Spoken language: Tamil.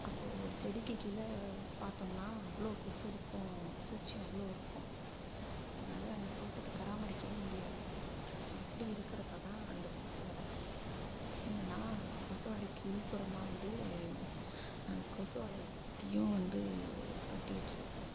அப்போ ஒரு செடிக்கு கீழே பார்த்தோம்னா அவ்வளோ கொசு இருக்கும் பூச்சி அவ்வளோ இருக்கும் அதனால் தோட்டத்தை பராமரிக்கவே முடியாது அப்படி இருக்கறப்போ தான் அந்த கொசு வலை என்னன்னா அந்த கொசு வலைக்கு உள்புறமாக வந்து நாங்கள் கொசு வலையை சுற்றியும் வந்து கட்டி வச்சிருப்போம்